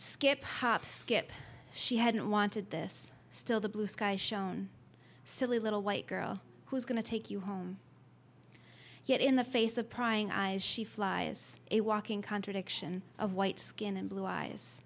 skip hop skip she hadn't wanted this still the blue skies shown silly little white girl who's going to take you home yet in the face of prying eyes she flies a walking contradiction of white skin and blue eyes